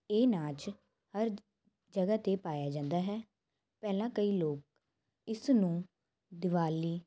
ਇਹ ਨਾਚ ਹਰ ਜਗ੍ਹਾ 'ਤੇ ਪਾਇਆ ਜਾਂਦਾ ਹੈ ਪਹਿਲਾਂ ਕਈ ਲੋਕ ਇਸ ਨੂੰ ਦੀਵਾਲੀ